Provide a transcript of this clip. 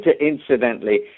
incidentally